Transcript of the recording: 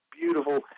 beautiful